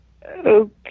Okay